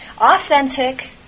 authentic